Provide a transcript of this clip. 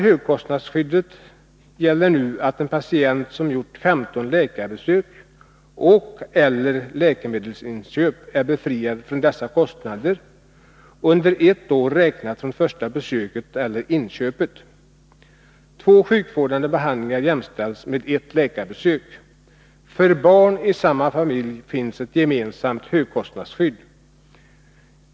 Högkostnadsskyddet innebär att en patient som gjort 15 läkarvårdsbesök och/eller läkemedelsinköp är befriad från kostnaderna för dessa under ett år räknat från första besöket eller inköpet. Två sjukvårdande behandlingar jämställs med ett läkarbesök. För barn i samma familj finns ett gemensamt högkostnadsskydd.